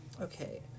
okay